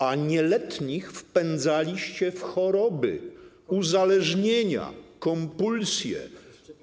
a nieletnich wpędzaliście w choroby, uzależnienia, kompulsje.